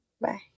Bye